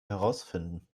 herausfinden